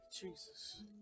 Jesus